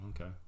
okay